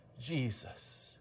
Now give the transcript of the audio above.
Jesus